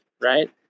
right